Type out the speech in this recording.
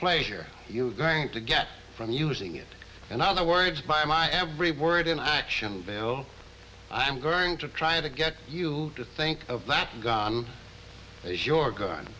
pleasure you're going to get from using it and other words by my every word in action bill i'm going to try to get you to think of that as your gun